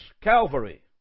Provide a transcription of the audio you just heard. Calvary